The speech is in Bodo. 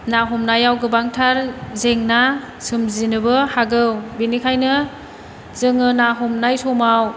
ना हमनायाव गोबांथार जेंना सोमजिनोबो हागौ बेनिखायनो जोङो ना हमनाय समाव